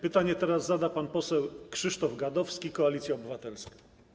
Pytanie teraz zada pan poseł Krzysztof Gadowski, Koalicja Obywatelska.